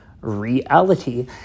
reality